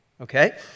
okay